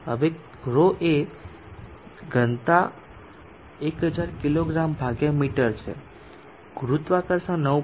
હવે ρ જે ઘનતા 1000 કિગ્રા મીટર છે ગુરુત્વાકર્ષણ 9